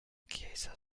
chiesa